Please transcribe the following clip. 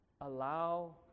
allow